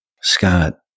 Scott